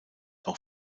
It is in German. auch